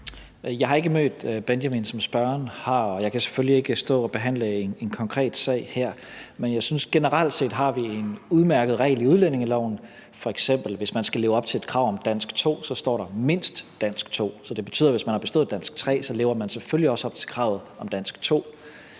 Jeg har ikke mødt Benjamin, som spørgeren har, og jeg kan selvfølgelig ikke stå og behandle en konkret sag her. Men jeg synes, at vi generelt set har en udmærket regel i udlændingeloven. Der står f.eks., at hvis man skal leve op til et krav om at have bestået prøve i dansk 2, står der »mindst dansk 2«. Det betyder, at hvis man har bestået dansk 3, lever man selvfølgelig også op til kravet om dansk 2.